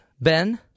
Ben